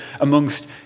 amongst